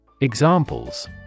Examples